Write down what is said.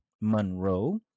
Monroe